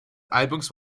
albums